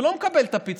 הוא לא מקבל את הפיצוי.